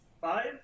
five